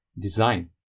design